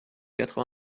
quatre